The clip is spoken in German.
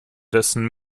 dessen